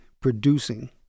producing